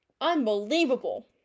Unbelievable